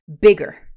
bigger